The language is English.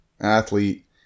athlete